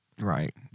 Right